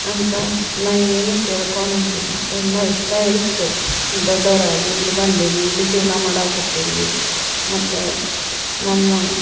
ಅಂತ ನಾನು ಏನೂ ಕೇಳ್ಕೊಳಂಗಿಲ್ಲ ಎಲ್ಲ ಇಷ್ಟ ಇತ್ತು ದೊಡ್ಡವ್ರಾಗಿ ಇಲ್ಲಿ ಬಂದ್ವಿ ಇಲ್ಲಿ ಜೀವನ ಮಾಡಕತ್ತೇವೆ ಮತ್ತು ನಮ್ಮ